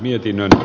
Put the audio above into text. kannatan